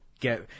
get